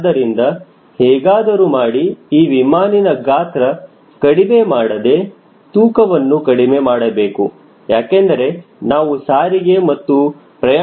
ಆದ್ದರಿಂದ ಹೇಗಾದರೂ ಮಾಡಿ ಈ ವಿಮಾನಿನ್ ಗಾತ್ರ ಕಡಿಮೆ ಮಾಡದೆ ತೂಕವನ್ನು ಕಡಿಮೆ ಮಾಡಬೇಕು ಯಾಕೆಂದರೆ ನಾವು ಸಾರಿಗೆ ಮತ್ತು ಪ್ರಯಾಣಿಕರನ್ನು ಸಾಗಿಸಬೇಕು